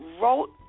wrote